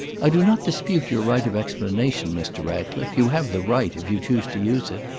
i do not dispute your right of explanation, mr. ratcliffe. you have the right, if you choose to use it,